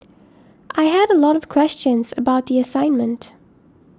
I had a lot of questions about the assignment